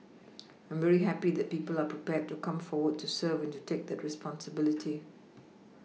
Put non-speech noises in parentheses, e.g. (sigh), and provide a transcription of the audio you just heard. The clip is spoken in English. (noise) I am very happy that people are prepared to come forward to serve and to take that responsibility